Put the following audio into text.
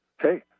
Hey